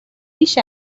بیش